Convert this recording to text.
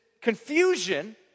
confusion